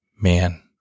Man